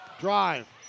Drive